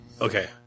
Okay